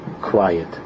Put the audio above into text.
quiet